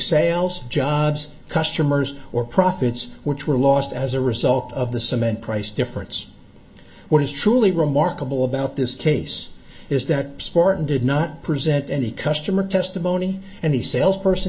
sales jobs customers or profits which were lost as a result of the cement price difference what is truly remarkable about this case is that spartan did not present any customer testimony and the sales person